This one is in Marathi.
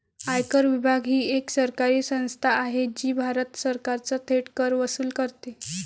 आयकर विभाग ही एक सरकारी संस्था आहे जी भारत सरकारचा थेट कर वसूल करते